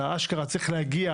אתה אשכרה צריך להגיע